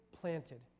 planted